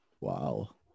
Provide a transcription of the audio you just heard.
Wow